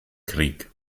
krieg